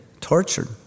tortured